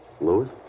Lewis